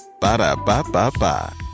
Ba-da-ba-ba-ba